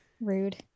Rude